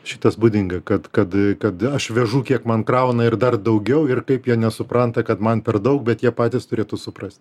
šitas būdinga kad kad kad aš vežu kiek man krauna ir dar daugiau ir kaip jie nesupranta kad man per daug bet jie patys turėtų suprasti